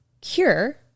cure